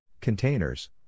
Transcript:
Containers